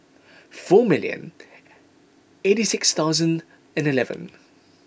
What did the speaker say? four million eighty six thousand and eleven